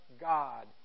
God